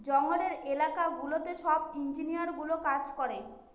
জঙ্গলের এলাকা গুলোতে সব ইঞ্জিনিয়ারগুলো কাজ করে